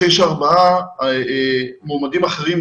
אחרי שארבעה מועמדים אחרים,